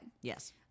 Yes